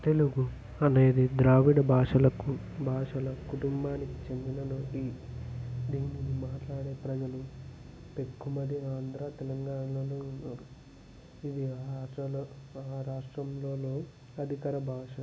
తెలుగు అనేది ద్రావిడ భాషలకు భాషల కుటుంబానికి చెందిన నుడి దీనిని మాట్లాడే ప్రజలు ఎక్కువ మంది ఆంధ్ర తెలంగాణలలో ఉన్నారు ఇది ఆ ఆ రాష్ట్రాలలో ఆ రాష్ట్రాలలో అధికార భాష